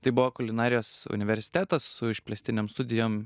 tai buvo kulinarijos universitetas su išplėstinėm studijom